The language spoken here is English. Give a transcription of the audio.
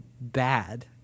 bad